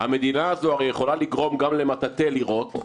המדינה הזו הרי יכולה לגרום גם למטאטא לירות,